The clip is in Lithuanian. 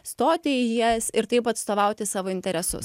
stoti į jas ir taip atstovauti savo interesus